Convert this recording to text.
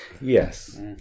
Yes